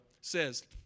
says